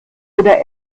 oder